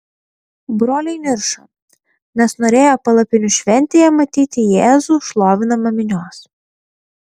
broliai niršo nes norėjo palapinių šventėje matyti jėzų šlovinamą minios